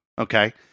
Okay